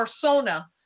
persona